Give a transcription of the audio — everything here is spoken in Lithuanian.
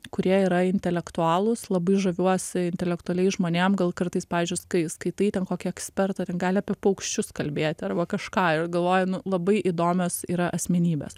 kurie yra intelektualūs labai žaviuosi intelektualiais žmonėm gal kartais pavyzdžiui kai skaitai ten kokį ekspertą ten gali apie paukščius kalbėti arba kažką ir galvoji nu labai įdomios yra asmenybės